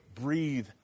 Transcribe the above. breathe